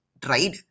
tried